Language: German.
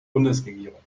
bundesregierung